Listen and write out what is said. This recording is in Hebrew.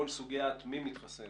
כל סוגית מי מתחסן,